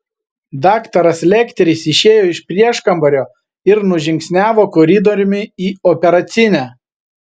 daktaras lekteris išėjo iš prieškambario ir nužingsniavo koridoriumi į operacinę